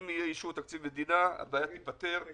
אם יהיה אישור תקציב מדינה, הבעיה תיפתר.